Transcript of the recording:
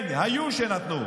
כן, היו שנתנו.